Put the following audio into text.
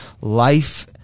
life